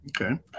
Okay